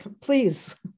please